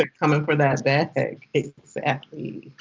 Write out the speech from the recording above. ah coming for that bag! exactly.